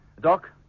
Doc